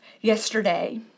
yesterday